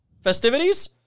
festivities